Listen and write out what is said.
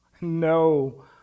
No